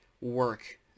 work